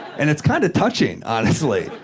and it's kind of touching, honestly.